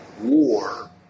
war